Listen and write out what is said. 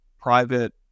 private